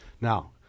Now